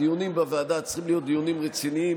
הדיונים בוועדה צריכים להיות דיונים רציניים,